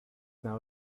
now